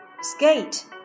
skate